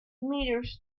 meters